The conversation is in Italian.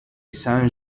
saint